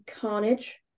carnage